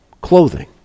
clothing